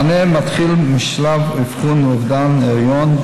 המענה מתחיל בשלב אבחון אובדן ההיריון,